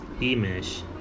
image